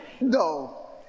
No